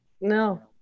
no